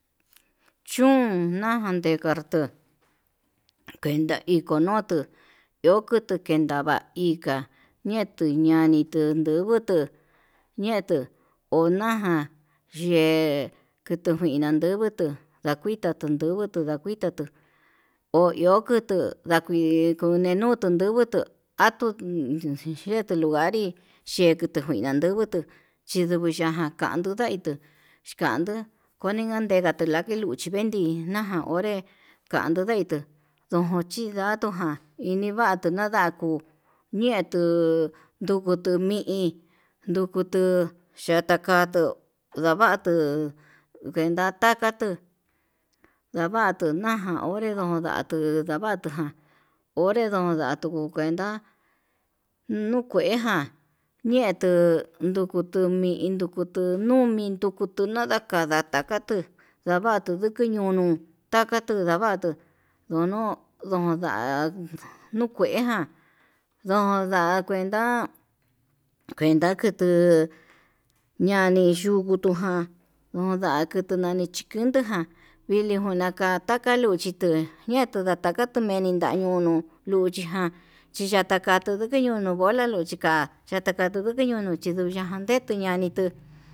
Chún najár dekatuu kuenta ikonutu kuenda kindava'a, hika ñeki kiñavii tuntu kubutuu ñetuu kunaján yee kutuu njuina tandungutu ndakuita tunndugutu ndakuita tuu ohi kutuu, ndaki kundenuu tutu atuu yetin yeti n ngui yee kutuu ndeku andungutu, chinguo kundaga kanduu ndaitu xhikanduu koni tukenga tuu kandii luchí, chikuendi naján onré kanduu ndaitu ndojón chindatuján inivatuu nadakuu ñetuu ndukutu mi'i iin ndukutu ya'a takatuu, ndavatuu kuneta takatu navatu naján onre ndonda ndatuu ndavatujan onré nuu kuenta nuu kueján, ñetuu nduku mi'í ndukutu nuu mi'í nrukutu nanda kada ndatakatu ndavatu kiñunuu takatuu ndavatuu ndondo ndonda'a, nuu kueján ndonda kuenta kutuu ñani yukuu tuján nunda kutu nani chikun nduján vili kundaján ndataka luchi kuu ñetuu ndatakatu meni ndañunu luu chiján chiya'a taka ndakuu ñikiñono bola nduchika ñanuu ndikiñunu chindukan ña'an ndetuu ndikinani tuu.